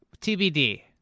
TBD